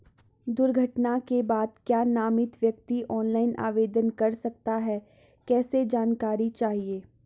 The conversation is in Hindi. दुर्घटना के बाद क्या नामित व्यक्ति ऑनलाइन आवेदन कर सकता है कैसे जानकारी चाहिए?